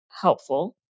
helpful